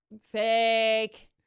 fake